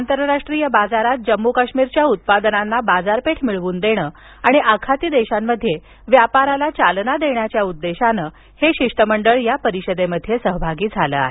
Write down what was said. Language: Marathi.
आंतरराष्ट्रीय बाजारात जम्मू काश्मीरच्या उत्पादनांना बाजारपेठ मिळवून देण आणि आखाती देशांमध्ये व्यापाराला चालना देण्याच्या उद्देशाने हे शिष्ट्मंडळ या परिषदेत सहभागी झालं आहे